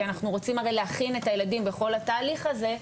כי אנחנו רוצים הרי להכין את הילדים בכל התהליך הזה,